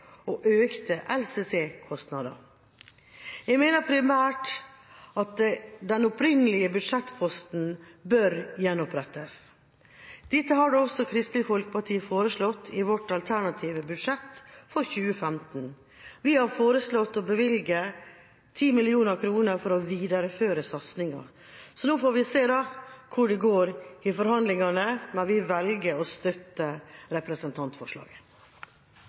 og økte LCC-kostnader. Jeg mener primært at den opprinnelige budsjettposten bør gjenopprettes. Dette har da også Kristelig Folkeparti foreslått i sitt alternative budsjett for 2015. Vi har foreslått å bevilge 10 mill. kr for å videreføre satsingen. Så nå får vi se hvordan det går i forhandlingene, men vi velger å støtte representantforslaget.